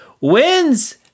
wins